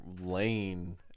lane